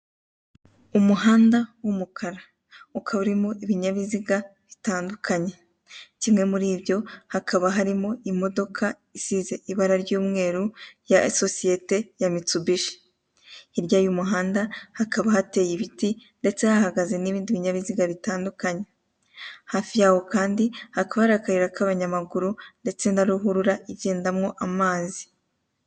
Umuhanda w'umukara ukaba urimo ibinyabiziga bitandukanye kimwe muri ibyo hakaba harimo imodoka isize ibara ry'umweru ya sosete ya Mitsubishi, hirya y'umuhanda hakaba hateye ibiti ndetse hahagaze n'ibindi binyabiziga bitandukanye; hafi yaho kandi haba hari akayira k'abanyamaguru ndetse na ruhurura igendamwo amazi.